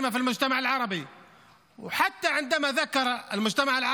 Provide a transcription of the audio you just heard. שלוש דקות,